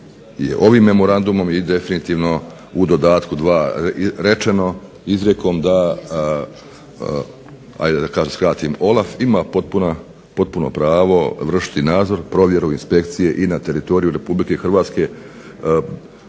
ovim memorandumom i definitivno u dodatku dva rečeno izrijekom da hajde da skratim OLAF ima potpuno pravo vršiti nadzor, provjeru inspekcije i na teritoriju Republike Hrvatske